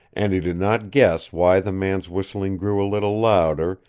and he did not guess why the man's whistling grew a little louder,